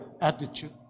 attitude